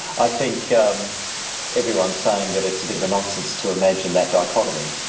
i think um everyone's saying that it's a bit of a nonsense to imagine that dichotomy.